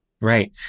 Right